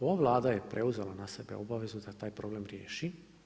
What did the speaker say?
Ova Vlada je preuzela na sebe obavezu da taj problem riješi.